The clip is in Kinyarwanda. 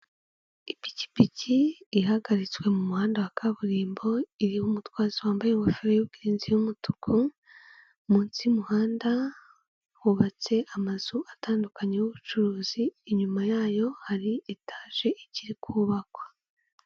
Ipikipiki ihagaritswe mu muhanda wa kaburimbo iriho umutwaza wambaye ingofero y'ubwirinzi y'umutuku, munsi y'umuhanda hubatse amazu atandukanye y'ubucuruzi, inyuma yayo hari etage ikiri kubakwa.